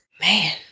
man